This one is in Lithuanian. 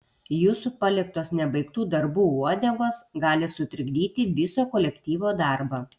jūsų paliktos nebaigtų darbų uodegos gali sutrikdyti viso kolektyvo darbą